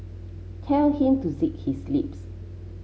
tell him to zip his lips